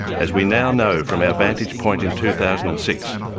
as we now know from our vantage point in two thousand and six,